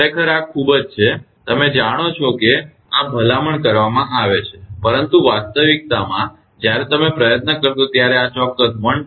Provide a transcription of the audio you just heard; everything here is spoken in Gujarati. ખરેખર આ ખૂબ જ છે તમે જાણો છો આ ભલામણ કરવામાં આવે છે પરંતુ વાસ્તવિકતામાં જ્યારે તમે પ્રયત્ન કરશો ત્યારે આ ચોક્કસ 1